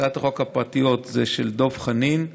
הצעות החוק הפרטיות הן של דב חנין,